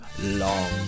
long